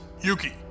Yuki